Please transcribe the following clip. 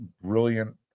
brilliant